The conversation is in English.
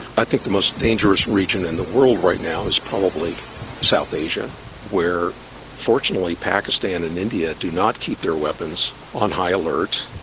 i think the most dangerous region in the world right now is probably south asia where fortunately pakistan and india do not keep their weapons on high alert,